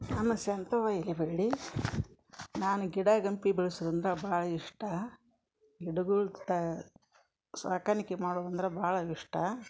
ನಾನು ಗಿಡ ಗಂಟಿ ಬೆಳ್ಸುದಂದ್ರೆ ಭಾಳ ಇಷ್ಟ ಗಿಡಗಳು ತ ಸಾಕಾಣಿಕೆ ಮಾಡುದಂದ್ರೆ ಭಾಳ ಇಷ್ಟ